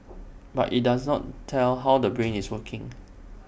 but IT does not tell how the brain is working